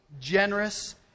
generous